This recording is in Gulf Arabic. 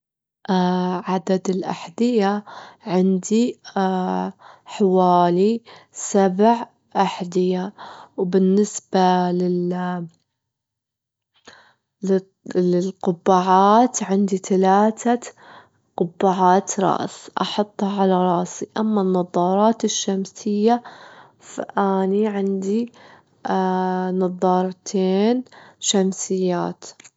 عدد الأحذية عندي حوالي سبع أحذية، وبالنسبة للقبعات عندي تلاتة قبعات رأس أحطها على راسي، أما النظارات الشمسية فأني عندي نضارتين شمسيات.